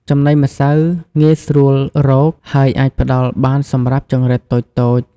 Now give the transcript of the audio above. ចំណីម្សៅងាយស្រួលរក ហើយអាចផ្តល់បានសម្រាប់ចង្រិតតូចៗ។